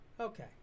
Okay